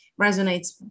resonates